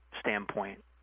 standpoint